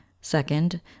Second